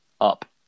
up